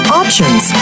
options